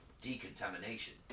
decontamination